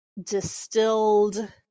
distilled